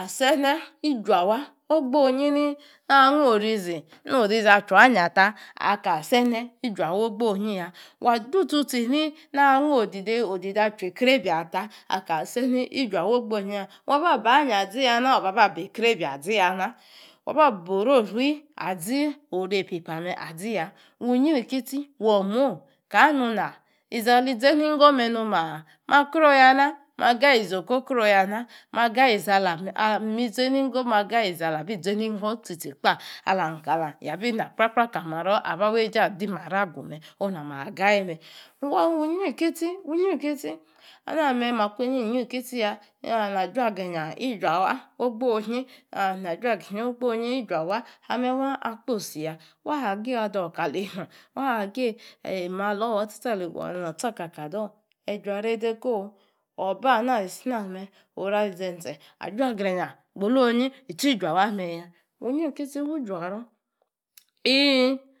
asene ijuawa ogbonyi ni waa angung orizi kno orizi achuanya ta akaa asene ijuawa ogboniya, waa dotsu-tsi ni waa angung odide, odide achu-okrobia ta kaa sene ijuawa ogbonyiya wa ba baa waba bo okrobia anyi aziya na. Waba orori azi ore epe-pa aziya wu nyirikitsi wormuo kana nuna? Izali ze nigonuma,ꞌ ma kro-yanaa my gayi iso krokro ya na mi zenigo mi gayi zala abi zenigo tsi-tsi kpa alam kalun yabi na kpra, kpra kali marou aba awejie adimarou agu mme nama ajayi mme wo nyrikitsi, wo nyrikitsi. Alani makunyi nyrikitsiya ena ajuagrinya ijuawa ogbonyi, na juagrinye ameh waa akposiya wa agii enor kali ador waa agii malor na tsa ka ka adour ayi juaero dee ko obe na ali siname ajuagrinya gbolonyi ijuawa. Meya wu inyrikitsi wu juaaro in